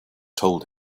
told